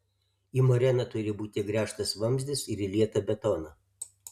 į moreną turi būti įgręžtas vamzdis ir įlieta betono